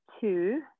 two